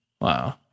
Wow